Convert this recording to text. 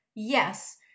Yes